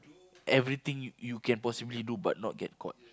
everything you you can possibly do but not get caught